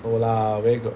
no lah where got